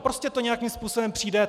Prostě to nějakým způsobem přijde.